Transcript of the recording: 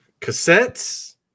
cassettes